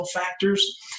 factors